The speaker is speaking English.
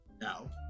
Now